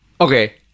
Okay